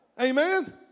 Amen